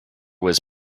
was